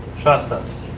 trust us.